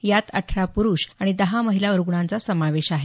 यात अठरा पुरूष आणि दहा महिला रुग्णांचा समावेश आहे